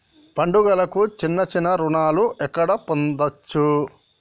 పండుగలకు చిన్న చిన్న రుణాలు ఎక్కడ పొందచ్చు?